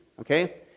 Okay